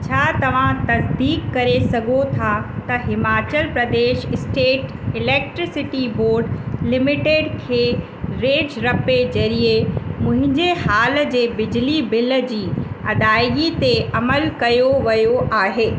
छा तव्हां तसिदीक़ु करे सघो था त Himachal Pradesh state electricity board limited खे रेज़रपे ज़रीए मुंहिंजे हाल जे बिजली बिल जी अदाइगी ते अमलु कयो वियो आहे